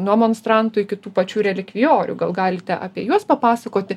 nuo monstrantų iki tų pačių relikvijorių gal galite apie juos papasakoti